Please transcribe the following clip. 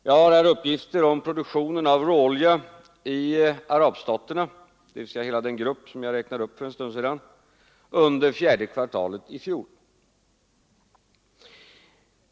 Jag har här uppgifter om produktionen av råolja i arabstaterna, dvs. hela den grupp som jag räknade upp för en stund sedan, under fjärde kvartalet i fjol.